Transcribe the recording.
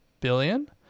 billion